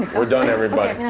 we're done, everybody.